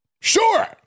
Sure